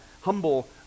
humble